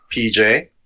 PJ